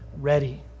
ready